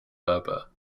berber